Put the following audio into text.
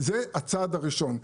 זה הצעד הראשון.